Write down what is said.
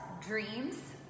dreams